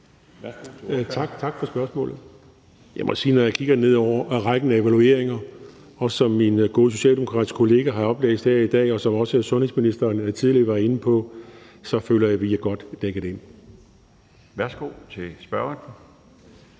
Tak for spørgsmålet. Jeg må sige, at når jeg kigger ned over rækken af evalueringer, som min gode socialdemokratiske kollega har oplæst her i dag, og som også sundhedsministeren tidligere var inde på, så føler jeg, vi er godt dækket ind. Kl.